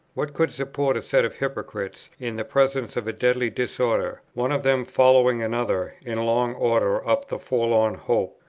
what could support a set of hypocrites in the presence of a deadly disorder, one of them following another in long order up the forlorn hope,